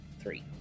three